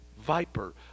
viper